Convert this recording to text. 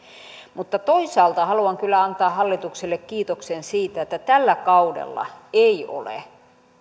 toisaalta haluan kyllä antaa hallitukselle kiitoksen siitä että tällä kaudella ei ole